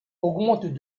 augmentent